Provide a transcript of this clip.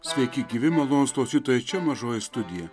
sveiki gyvi malonūs klausytojai čia mažoji studija